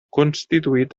constituït